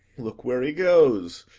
look, where he goes!